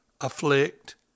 afflict